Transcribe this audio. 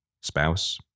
spouse